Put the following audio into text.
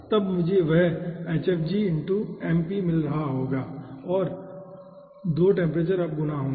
तब मुझे वह मिल रहा होगा और 2 टेम्परेचर अब गुणा होंगे